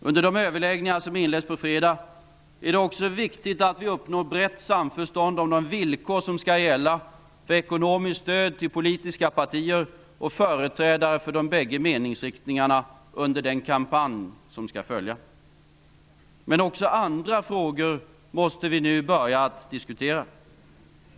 Under de överläggningar som inleds på fredag är det också viktigt att vi uppnår ett brett samförstånd om de villkor som skall gälla för ekonomiskt stöd till politiska partier och företrädare för de båda meningsriktningarna under den kampanj som skall följa. Men vi måste också börja diskutera andra frågor.